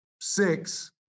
six